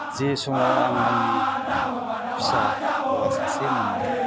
जे समाव आं आंनि फिसा हौवा सासे मोनदों